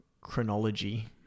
chronology